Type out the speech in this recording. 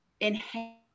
enhance